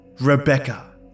Rebecca